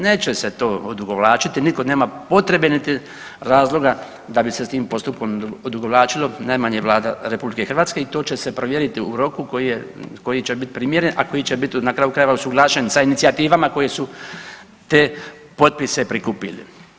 Neće se to odugovlačiti, niko nema potrebe niti razloga da bi se s tim postupkom odugovlačilo, najmanje Vlada RH i to će se provjeriti u roku koji je, koji će bit primjeren, a koji će bit na kraju krajeva usuglašen sa inicijativama koje su te potpise prikupili.